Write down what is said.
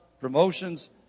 promotions